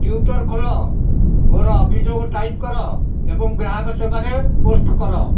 Twitter ଖୋଲ ମୋ'ର ଅଭିଯୋଗ ଟାଇପ୍ କର ଏବଂ ଗ୍ରାହକ ସେବାରେ ପୋଷ୍ଟ କର